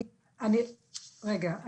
רגע,